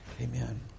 Amen